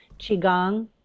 qigong